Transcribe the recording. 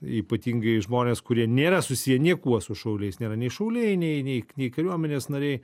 ypatingai žmonės kurie nėra susiję niekuo su šauliais nėra nei šauliai nei nei nei kariuomenės nariai